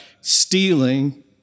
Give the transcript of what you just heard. stealing